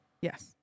Yes